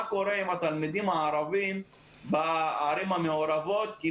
קורה עם התלמידים הערבים בערים המעורבות?